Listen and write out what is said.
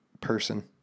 person